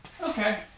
Okay